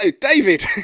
David